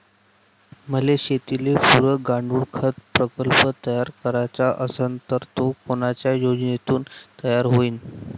मले शेतीले पुरक गांडूळखत प्रकल्प तयार करायचा असन तर तो कोनच्या योजनेतून तयार होईन?